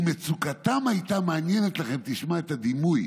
"אם מצוקתם הייתה מעניינת לכם" תשמע את הדימוי